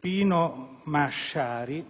Pino Masciari